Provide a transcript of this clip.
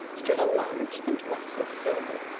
stood a large and massive building.